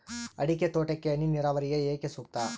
ಅಡಿಕೆ ತೋಟಕ್ಕೆ ಹನಿ ನೇರಾವರಿಯೇ ಏಕೆ ಸೂಕ್ತ?